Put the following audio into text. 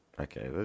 Okay